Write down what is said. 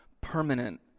permanent